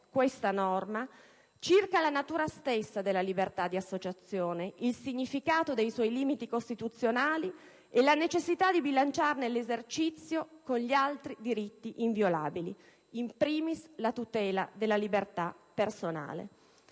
simile norma, circa la natura stessa della libertà di associazione, il significato dei suoi limiti costituzionali e la necessità di bilanciarne l'esercizio con gli altri diritti inviolabili, *in* *primis* la tutela della libertà personale.